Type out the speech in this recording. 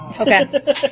Okay